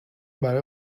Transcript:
برای